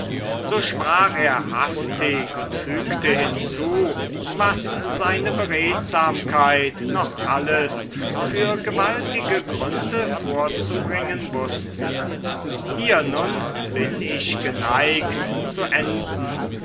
so sprach er hastig und fügte hinzu was seine beredsamkeit noch alles für gewaltige gründe vorzubringen wußte hier nun bin ich geneigt zu enden